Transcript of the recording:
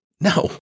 No